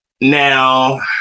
Now